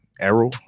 arrow